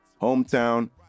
hometown